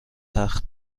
تخت